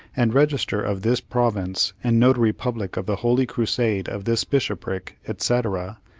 and register of this province, and notary public of the holy crusade of this bishopric, etc.